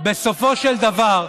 בסופו של דבר,